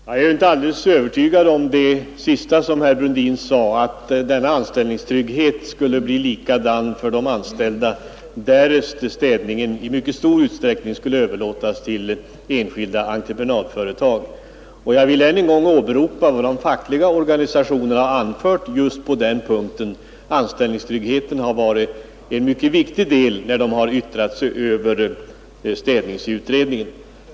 Herr talman! Jag är inte alldeles övertygad om sanningen i det sista som herr Brundin sade, nämligen att denna anställningstrygghet skulle bli likadan för de anställda, därest städningen i mycket stor utsträckning skulle överlåtas till enskilda entreprenadföretag. Jag vill än en gång åberopa vad de fackliga organisationerna anfört just på denna punkt. Anställningstryggheten har varit mycket viktig i deras yttranden över städningsutredningen.